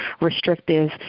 restrictive